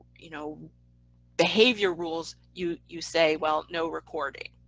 you know behavior rules you you say, well, no recording,